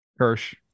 Kirsch